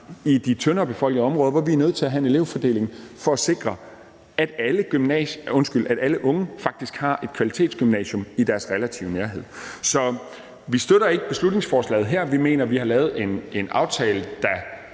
i de tyndere befolkede områder, hvor vi er nødt til at have en elevfordeling for at sikre, at alle unge faktisk har et kvalitetsgymnasium i deres relative nærhed. Så vi støtter ikke beslutningsforslaget her. Vi mener, vi har lavet en aftale, der